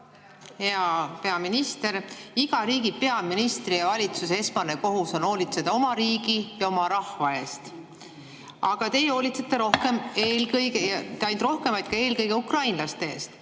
Hea peaminister! Iga riigi peaministri ja valitsuse esmane kohus on hoolitseda oma riigi ja oma rahva eest. Aga teie hoolitsete rohkem, ja mitte ainult rohkem, vaid eelkõige ukrainlaste eest.